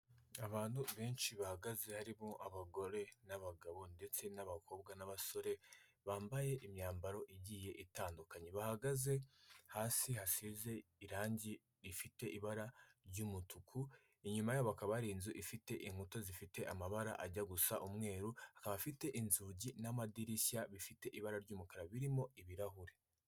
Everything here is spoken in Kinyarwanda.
Abantu benshi bahagaze harimo abagore n'abagabo ndetse n'abakobwa n'abasore, bambaye imyambaro igiye itandukanye, bahagaze hasi hasize irangi rifite ibara ry'umutuku. Inyuma yabo hakaba hari inzu ifite inkuta zifite amabara ajya gusa umweru, akaba afite inzugi n'amadirishya bifite ibara ry'umukara birimo ibirahure.